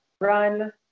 run